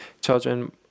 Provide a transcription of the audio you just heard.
children